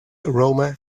aroma